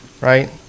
right